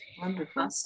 Wonderful